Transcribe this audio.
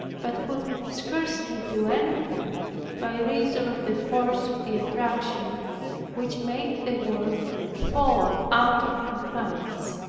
but could scarcely do anything by reason of the force of the attraction which made the work fall out of my hands.